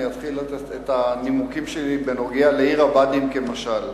אתחיל לתת את הנימוקים שלי בנוגע לעיר הבה"דים כמשל.